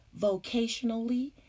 vocationally